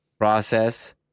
process